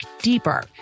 deeper